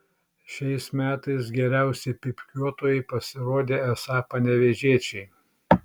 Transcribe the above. šiais metais geriausi pypkiuotojai pasirodė esą panevėžiečiai